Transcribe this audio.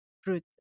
fruit